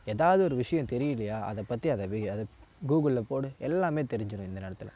ஏதாவது ஒரு விஷயம் தெரியலயா அதைப் பற்றி அதை வெ அதை கூகுளில் போடு எல்லாமே தெரிஞ்சுரும் இந்த நேரத்தில்